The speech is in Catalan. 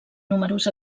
números